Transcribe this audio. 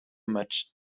much